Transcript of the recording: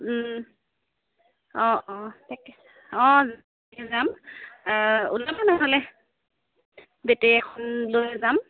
অঁ অঁ তাকে অঁ যাম ওলাবা নহ'লে বেটেৰী এখন লৈ যাম